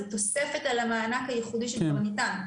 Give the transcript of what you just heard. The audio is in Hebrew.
זאת תוספת על המענק הייחודי שכבר ניתן,